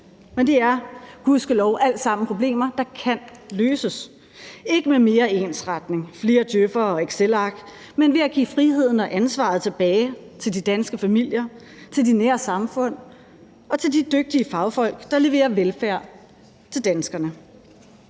Men det er gudskelov alt sammen problemer, der kan løses – ikke med mere ensretning og flere djøf'ere og excelark, men ved at give friheden og ansvaret tilbage til de danske familier, til de nære samfund og til de dygtige fagfolk, der leverer velfærd til danskerne.